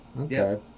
Okay